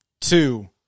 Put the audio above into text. two